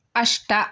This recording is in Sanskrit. अष्ट